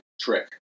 trick